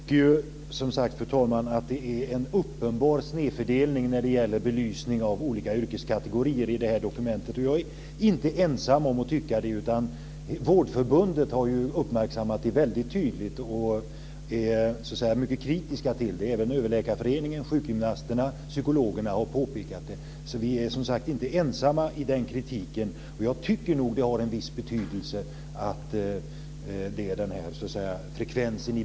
Fru talman! Jag tycker som sagt att det är en uppenbar snedfördelning när det gäller belysning av olika yrkeskategorier i det här dokumentet. Och jag är inte ensam om att tycka det. Vårdförbundet har uppmärksammat detta mycket tydligt och är mycket kritiskt till det. Även Överläkarföreningen, sjukgymnasterna och psykologerna har påpekat det, så vi är som sagt inte ensamma om den kritiken. Jag tycker nog att frekvensen i benämningar har en viss betydelse.